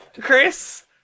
Chris